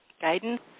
guidance